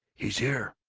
he's here!